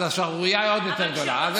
אז השערורייה היא עוד יותר גדולה.